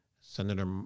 Senator